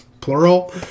plural